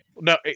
No